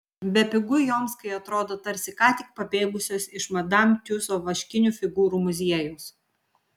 bepigu joms kai atrodo tarsi ką tik pabėgusios iš madam tiuso vaškinių figūrų muziejaus